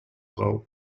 role